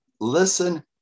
Listen